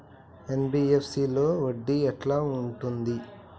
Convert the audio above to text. NBFC లో వడ్డీ ఎట్లా ఉంటది?